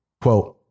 Quote